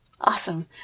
Awesome